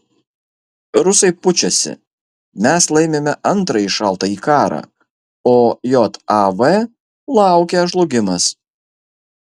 rusai pučiasi mes laimime antrąjį šaltąjį karą o jav laukia žlugimas